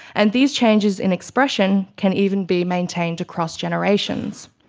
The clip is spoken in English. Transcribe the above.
and these changes in expression can even be maintained across generations.